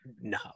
no